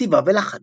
כתיבה ולחן